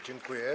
Dziękuję.